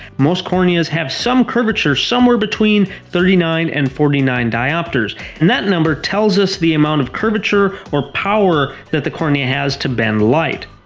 most corneas have some curvature somewhere between thirty nine and forty nine diopters and that number tells us the amount of curvature or power that the cornea has to bend light.